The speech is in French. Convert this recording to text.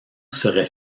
serait